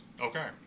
Okay